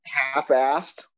half-assed